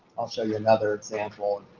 i'll show you another example.